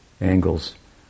angles